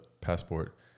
passport